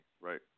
Right